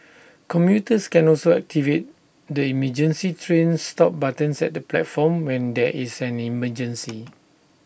commuters can also activate the emergency train stop buttons at the platforms when there is an emergency